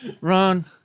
Run